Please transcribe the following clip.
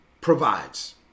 provides